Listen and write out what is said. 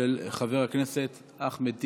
של חבר הכנסת אחמד טיבי,